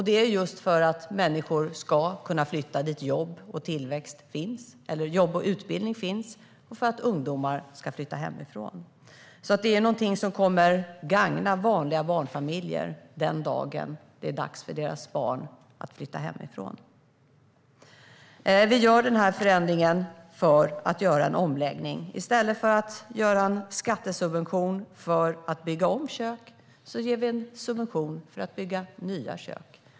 Det är just för att människor ska kunna flytta dit jobb och utbildning finns och för att ungdomar ska kunna flytta hemifrån. Det är någonting som kommer att gagna vanliga barnfamiljer den dagen det är dags för deras barn att flytta hemifrån. Vi gör den här förändringen för att göra en omläggning. I stället för att ge en skattesubvention för att bygga om kök ger vi en subvention för att bygga nya kök.